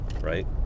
right